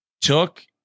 took